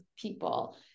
people